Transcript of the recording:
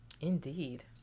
Indeed